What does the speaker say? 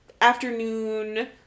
afternoon